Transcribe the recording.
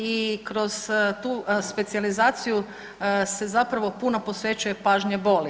I kroz tu specijalizaciju se zapravo puno posvećuje pažnje boli.